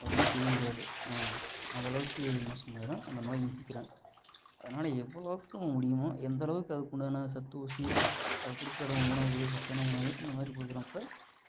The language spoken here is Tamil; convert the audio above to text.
அது ஒன்றும் செய்ய முடியாது ஏன்னா அந்தளவுக்கு மோசமாயிரும் அந்த நோய் முத்திக்கிரும் அதனால் எவ்வளோவுக்கு முடியுமோ எந்தளவுக்கு அதுக்குண்டான சத்து ஊசி அதுக்கு கொடுக்குற அளவு உணவு சத்தான உணவு அந்த மாதிரி கொடுக்குறப்ப